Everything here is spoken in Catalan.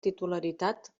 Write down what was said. titularitat